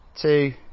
two